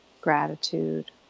gratitude